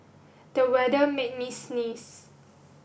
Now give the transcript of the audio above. the weather made me sneeze